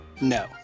no